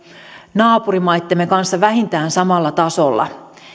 naapurimaittemme kanssa vähintään samalla tasolla